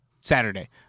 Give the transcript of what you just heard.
Saturday